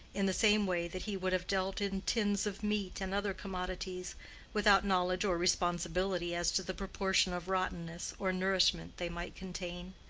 in the same way that he would have dealt in tins of meat and other commodities without knowledge or responsibility as to the proportion of rottenness or nourishment they might contain.